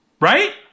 Right